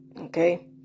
okay